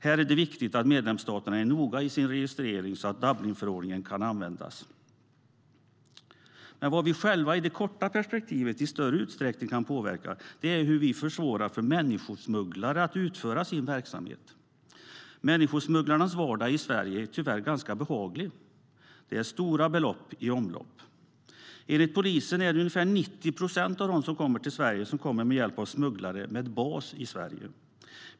Här är det viktigt att medlemsstaterna är noga i sin registrering, så att Dublinförordningen kan användas. Enligt polisen är det ungefär 90 procent av dem som kommer till Sverige som kommer med hjälp av smugglare med bas i Sverige.